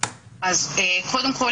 אז קודם כול,